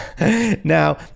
now